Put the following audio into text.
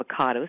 avocados